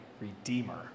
redeemer